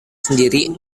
sendiri